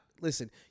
listen